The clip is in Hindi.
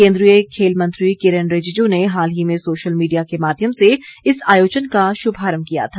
केंद्रीय खेल मंत्री किरेन रिजिजू ने हाल ही में सोशल मीडिया के माध्यम से इस आयोजन का शुभारंभ किया था